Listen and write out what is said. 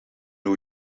new